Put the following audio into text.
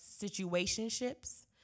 situationships